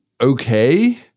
okay